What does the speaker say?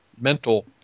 mental